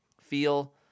feel